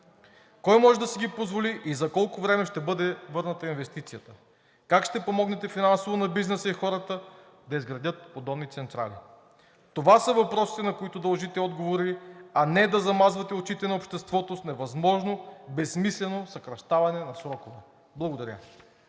Кой може да си ги позволи и за колко време ще бъде върната инвестицията? Как ще помогнете финансово на бизнеса и хората да изградят подобни централи? Това са въпросите, на които дължите отговори, а не да замазвате очите на обществото с невъзможно и безсмислено съкращаване на срокове. Благодаря.